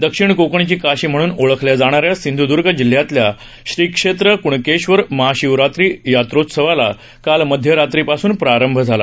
दक्षिण कोकणची काशी म्हणून ओळखल्या जाणाऱ्या सिंधूदर्ग जिल्ह्यातल्या श्री क्षेत्र क्णकेश्वर महाशिवरात्री यात्रोत्सवाला काल मध्यरात्रीपासून प्रारंभ झाला